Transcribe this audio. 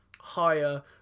higher